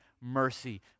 mercy